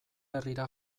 herrira